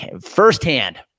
firsthand